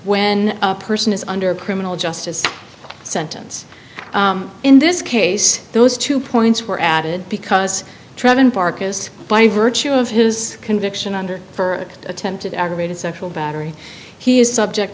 when a person is under criminal justice sentence in this case those two points were added because trevon parkas by virtue of his conviction under for attempted aggravated sexual battery he is subject